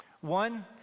One